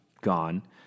gone